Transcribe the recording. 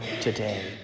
today